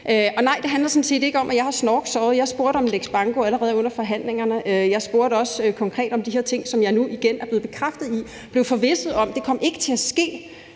Nej, det handler sådan set ikke om, at jeg har snorksovet. Jeg spurgte om en lex banko allerede under forhandlingerne. Jeg spurgte også konkret om de her ting, som jeg nu igen er blevet bekræftet i. Jeg blev forvisset om, at det kom ikke til at ske.